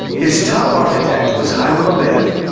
his top architect was hiram abeth.